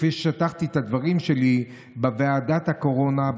כפי ששטחתי את הדברים שלי בוועדת הקורונה,